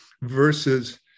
versus